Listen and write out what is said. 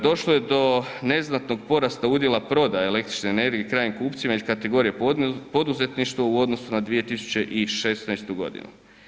Došlo je do neznatnog porasta udjela prodaje električne energije krajnjim kupcima iz kategorije poduzetništvo u odnosu na 2016. godinu.